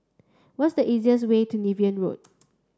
what's the easiest way to Niven Road